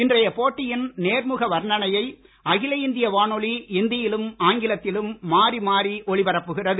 இன்றைய போட்டியின் நேர்முக வர்ணனையை அகில இந்திய வானொலி இந்தியிலும் ஆங்கிலத்திலும் மாறி மாறி ஒலிபரப்புகிறது